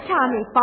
Tommy